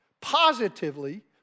positively